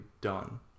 done